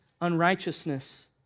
unrighteousness